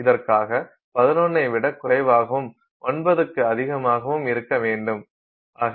இதற்காக 11 ஐ விட குறைவாகவும் 9 க்கு அதிகமாகவும் இருக்க வேண்டும்